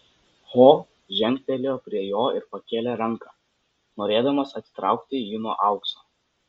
ho žengtelėjo prie jo ir pakėlė ranką norėdamas atitraukti jį nuo aukso